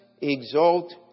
exalt